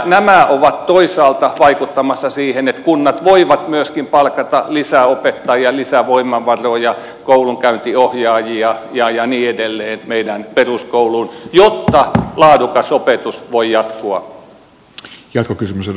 nämä ovat toisaalta vaikuttamassa siihen että kunnat voivat myöskin palkata lisää opettajia lisää voimavaroja koulunkäyntiohjaajia ja niin edelleen meidän peruskouluumme jotta laadukas opetus voi jatkua